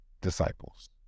disciples